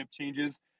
changes